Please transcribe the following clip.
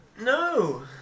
No